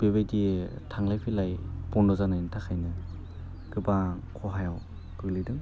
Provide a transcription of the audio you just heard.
बेबायदि थांलाय फैलाय बन्द' जानायनि थाखायनो गोबां खहायाव गोलैदों